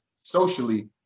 socially